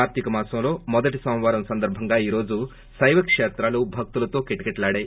కార్తీక మాసంలో మొదటి సోమవారం సందర్బంగా ఈ రోజు శైవ కేత్రాలు భక్తులతో కిటకిటలాడాయి